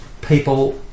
people